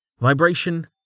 vibration